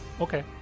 Okay